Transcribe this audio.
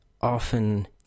often